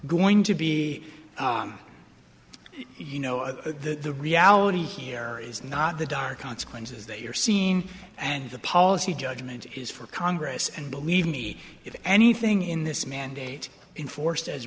going to be you know the the reality here is not the dark consequences they are seen and the policy judgment is for congress and believe me if anything in this mandate enforced as